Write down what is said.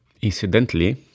Incidentally